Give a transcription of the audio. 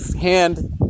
hand